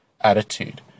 attitude